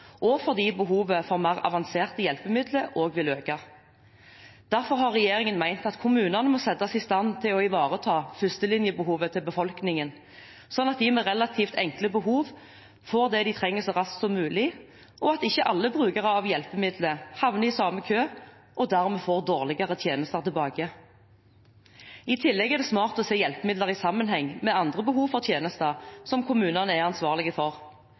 og fordi behovet for mer avanserte hjelpemidler også vil øke. Derfor har regjeringen ment at kommunene må settes i stand til å ivareta førstelinjebehovet til befolkningen, slik at de med relativt enkle behov får det de trenger, så raskt som mulig, og at ikke alle brukere av hjelpemidler havner i samme kø og dermed får dårligere tjenester tilbake. I tillegg er det smart å se hjelpemidler i sammenheng med andre behov for tjenester som kommunene er ansvarlige for.